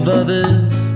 others